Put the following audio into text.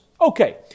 Okay